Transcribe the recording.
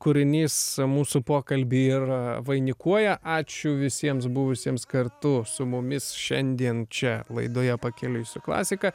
kūrinys mūsų pokalbį ir vainikuoja ačiū visiems buvusiems kartu su mumis šiandien čia laidoje pakeliui su klasika